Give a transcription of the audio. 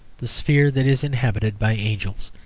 the sphere that is inhabited by angels,